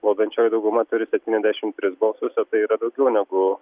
valdančioji dauguma turi septyniasdešimt tris balsus ir tai yra daugiau negu